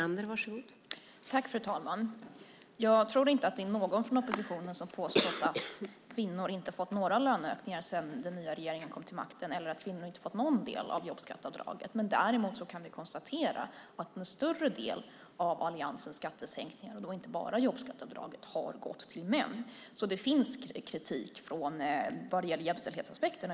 Fru talman! Jag tror inte att det är någon från oppositionen som påstått att kvinnor inte har fått några löneökningar sedan den nya regeringen kom till makten eller att kvinnor inte fått någon del av jobbskatteavdraget. Däremot kan vi konstatera att en större del av alliansens skattesänkningar - inte bara jobbskatteavdraget - har gått till män. Så det finns kritik av skattepolitiken vad det gäller jämställdhetsaspekten.